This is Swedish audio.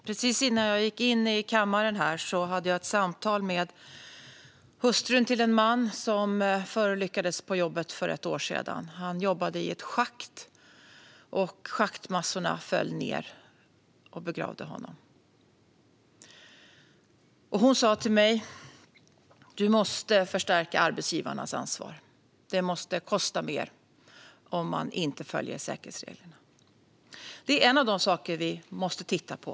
Fru talman! Precis innan jag gick in i kammaren hade jag ett samtal med hustrun till en man som förolyckades på jobbet för ett år sedan. Han jobbade i ett schakt, och schaktmassorna föll ned och begravde honom. Hon sa till mig att jag måste stärka arbetsgivarnas ansvar, att det måste kosta mer om säkerhetsreglerna inte följs. Detta är en av de saker vi måste titta på.